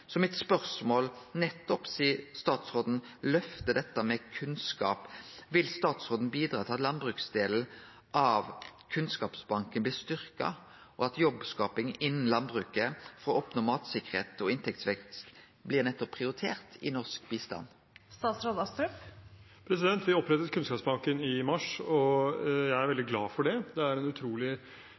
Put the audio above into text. Så spørsmålet mitt er, sidan statsråden løftar dette med kunnskap: Vil statsråden bidra til at landbruksdelen av Kunnskapsbanken blir styrkt, og at jobbskaping innan landbruket for å oppnå matsikkerheit og inntektsvekst blir prioritert i norsk bistand? Vi opprettet Kunnskapsbanken i mars, og jeg er veldig glad for det. Det er